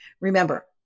Remember